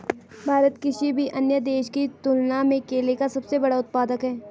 भारत किसी भी अन्य देश की तुलना में केले का सबसे बड़ा उत्पादक है